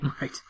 Right